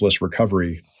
recovery